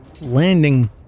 Landing